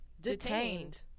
detained